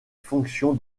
fonction